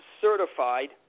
certified